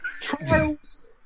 Trials